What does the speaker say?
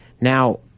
Now